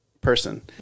person